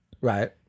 Right